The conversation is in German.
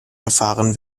gefahren